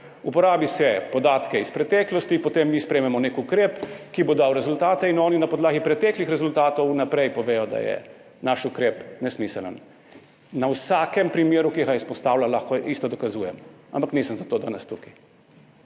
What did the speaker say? Uporabi se podatke iz preteklosti, potem mi sprejmemo nek ukrep, ki bo dal rezultate, in oni na podlagi preteklih rezultatov vnaprej povedo, da je naš ukrep nesmiseln. Na vsakem primeru, ki ga izpostavlja, lahko isto dokazujem, ampak nisem za to danes tukaj.